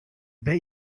bet